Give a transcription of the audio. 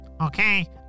Okay